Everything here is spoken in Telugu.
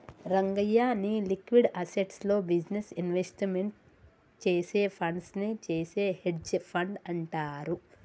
రంగయ్య, నీ లిక్విడ్ అసేస్ట్స్ లో బిజినెస్ ఇన్వెస్ట్మెంట్ చేసే ఫండ్స్ నే చేసే హెడ్జె ఫండ్ అంటారు